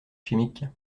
chimique